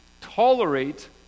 tolerate